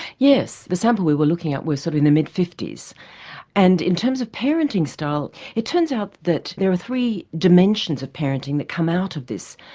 yes the sample we were looking at were sort of in their mid fifty s and in terms of parenting style it turns out that there were three dimensions of parenting that come out of this.